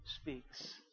speaks